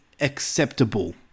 acceptable